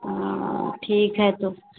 ठीक है तो